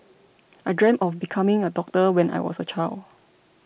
I dreamt of becoming a doctor when I was a child